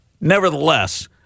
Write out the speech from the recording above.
Nevertheless